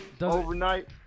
overnight